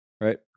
right